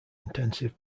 intensive